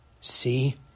See